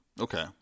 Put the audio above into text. Okay